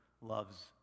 loves